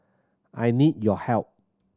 I need your help